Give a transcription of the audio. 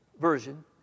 Version